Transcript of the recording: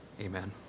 amen